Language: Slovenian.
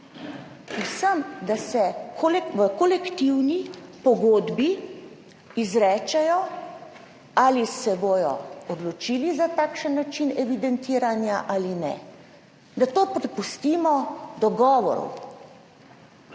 vsem, da se v kolektivni pogodbi izrečejo, ali se bodo odločili za takšen način evidentiranja ali ne, da to prepustimo dogovoru